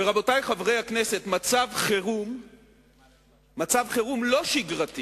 רבותי חברי הכנסת, מצב חירום לא שגרתי